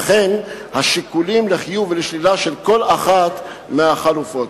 וכן השיקולים לחיוב ולשלילה של כל אחת מהחלופות.